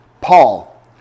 Paul